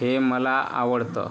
हे मला आवडतं